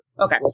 Okay